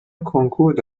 کنکور